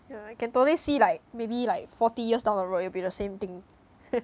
yeah I can totally see like maybe like forty years down the road it will be the same thing